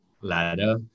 ladder